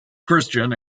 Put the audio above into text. christian